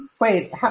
Wait